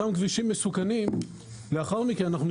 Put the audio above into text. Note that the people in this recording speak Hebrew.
לאחר מכן,